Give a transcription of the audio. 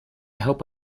hope